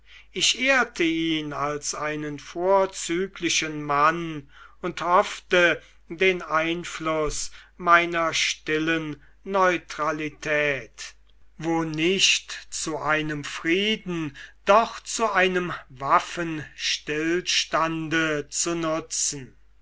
ich ehrte ihn als einen vorzüglichen mann und hoffte den einfluß meiner stillen neutralität wo nicht zu einem frieden doch zu einem waffenstillstand zu nutzen